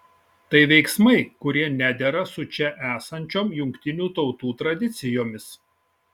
tai veiksmai kurie nedera su čia esančiom jungtinių tautų tradicijomis